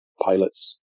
pilots